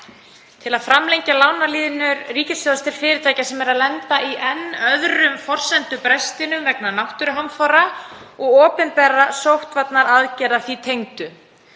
til að framlengja lánalínur ríkissjóðs til fyrirtækja sem eru að lenda í enn öðrum forsendubrestinum vegna náttúruhamfara og opinberra sóttvarnaaðgerða þeim tengdum.